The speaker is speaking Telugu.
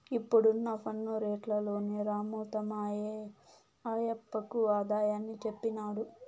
ఇప్పుడున్న పన్ను రేట్లలోని రాము తమ ఆయప్పకు ఆదాయాన్ని చెప్పినాడు